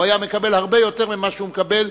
הוא היה מקבל הרבה יותר ממה שהוא מקבל.